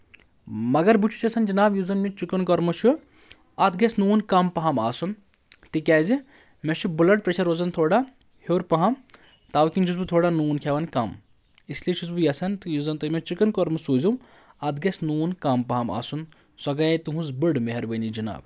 مگر بہٕ چھُس یژھان جناب یُس زن مےٚ چکن کوٚرمہٕ چھُ اتھ گژھِ نوٗن کم پہم آسُن تِکیازِ مےٚ چھُ بٕلڈ پریشر روزان تھوڑا ہیٚور پہم توکؠن چھُس بہٕ تھوڑا نوٗن کھؠوان کم اس لیے چھُس بہٕ یژھان تہٕ یُس زن تُہۍ مےٚ چِکن کوٚرمہٕ سوٗزیوٗ اَتھ گژھِ نوٗن کم پہم آسُن سۄ گے تُہنٛز بٔڑ مہربٲنی جناب